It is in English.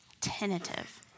tentative